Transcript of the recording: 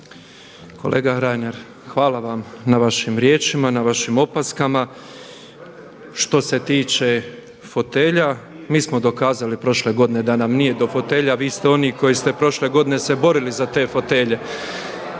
Kolega Reiner, hvala vam na vašim riječima, na vašim opaskama. Što se tiče fotelja, mi smo dokazali prošle godine da nam nije do fotelja. Vi ste oni koji ste prošle godine se borili za te fotelje.